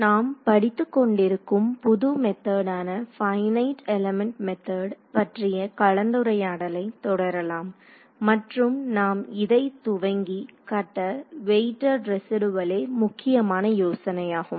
நாம் படித்துக் கொண்டிருக்கும் புது மெத்தேடான பைனட் எலிமெண்ட் மெத்தேடு பற்றிய கலந்துரையாடலை தொடரலாம் மற்றும் நாம் இதை துவங்கி கட்ட வெயிட்டெட் ரெஸிடியூவளே முக்கியமான யோசனையாகும்